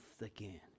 again